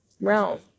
realm